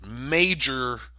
major